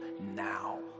now